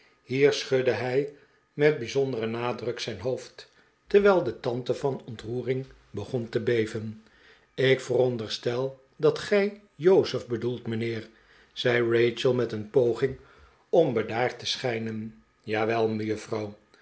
hier schudde hij met bijzonderen nadruk zijn hoofd terwijl de tante van ontroering begon te beven ik veronderstel dat gij jozef bedoelt mijnheer zei rachel met een poging om bedaard te schijnen jawel